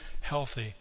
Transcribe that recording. healthy